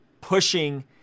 pushing